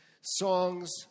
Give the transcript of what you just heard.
songs